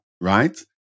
right